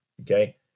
Okay